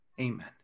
Amen